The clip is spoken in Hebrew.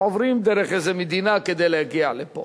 הם עוברים דרך איזו מדינה כדי להגיע לפה.